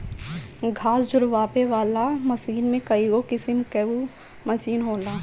घास झुरवावे वाला मशीन में कईगो किसिम कअ मशीन होला